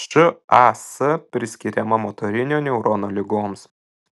šas priskiriama motorinio neurono ligoms